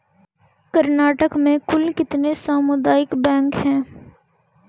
कर्नाटक में कुल कितने सामुदायिक बैंक है